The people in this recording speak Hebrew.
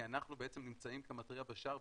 כי אנחנו בעצם נמצאים כמתריע בשער,